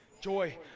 Joy